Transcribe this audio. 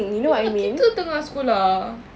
you know kita tengah sekolah